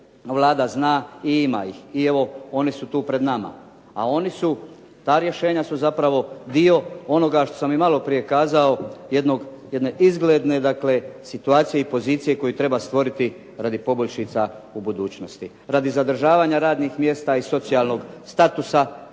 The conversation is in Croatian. Vlada zna i ima ih i evo, oni su tu pred nama, a oni su ta rješenja su zapravo dio onoga što sam i malo prije kazao, jedne izgledne dakle situacije i pozicije koju treba stvoriti radi poboljšica u budućnosti, radi zadržavanja radnih mjesta i socijalnog statusa